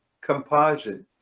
composite